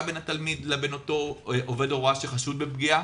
בין התלמיד לבין אותו עובד הוראה שחשוד בפגיעה.